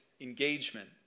engagement